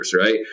right